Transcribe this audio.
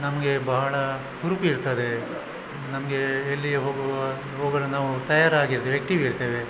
ನಮಗೆ ಬಹಳ ಹುರುಪಿರ್ತದೆ ನಮಗೆ ಎಲ್ಲಿಗೆ ಹೋಗುವ ಹೋಗಲು ನಾವು ತಯಾರಾಗಿರು ಆಕ್ಟಿವಿರ್ತೇವೆ